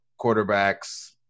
quarterbacks